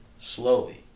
Slowly